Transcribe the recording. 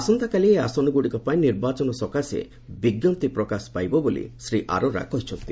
ଆସନ୍ତାକାଲି ଏହି ଆସନଗୁଡିକ ପାଇଁ ନିର୍ବାଚନ ସକାଶେ ବିଜ୍ଞପ୍ତି ପ୍ରକାଶ ପାଇବ ବୋଲି ଶ୍ରୀ ଆରୋରା କହିଛନ୍ତି